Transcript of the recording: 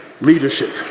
leadership